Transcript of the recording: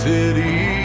City